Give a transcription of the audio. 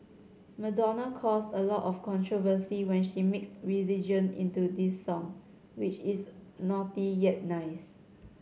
Madonna caused a lot of controversy when she mixed religion into this song which is naughty yet nice